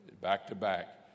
back-to-back